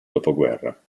dopoguerra